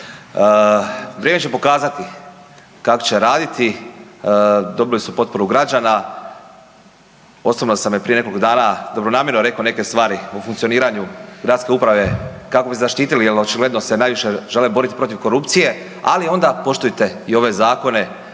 vrijeme će pokazati kako će raditi, dobili su potporu građana, osobno sam joj prije nekoliko dana dobronamjerno rekao neke stvari o funkcioniranju gradske uprave kako bi zaštitili jer očigledno se najviše žele borit protiv korupcije ali onda poštujte i ove zakone,